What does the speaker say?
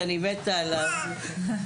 שאני מתה עליו,